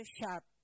sharp